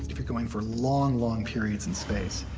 if you're going for long, long periods in space,